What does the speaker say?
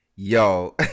yo